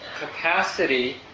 capacity